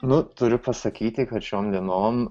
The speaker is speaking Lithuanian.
nu turiu pasakyti kad šioms dienom